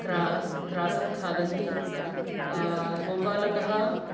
grasp ग्रासं खादन्ति गोपालकः